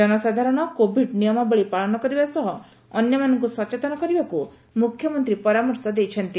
ଜନସାଧାରଣ କୋଭିଡ ନିୟମାବଳୀ ପାଳନ କରିବା ସହ ଅନ୍ୟମାନଙ୍କୁ ସଚେତନ କରିବାକୁ ମୁଖ୍ୟମନ୍ତୀ ପରାମର୍ଶ ଦେଇଛନ୍ତି